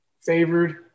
favored